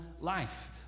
life